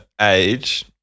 age